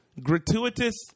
Gratuitous